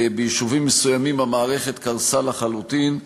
ביישובים מסוימים המערכת קרסה לחלוטין.